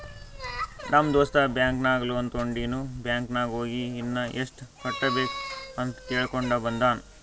ನಮ್ ದೋಸ್ತ ಬ್ಯಾಂಕ್ ನಾಗ್ ಲೋನ್ ತೊಂಡಿನು ಬ್ಯಾಂಕ್ ನಾಗ್ ಹೋಗಿ ಇನ್ನಾ ಎಸ್ಟ್ ಕಟ್ಟಬೇಕ್ ಅಂತ್ ಕೇಳ್ಕೊಂಡ ಬಂದಾನ್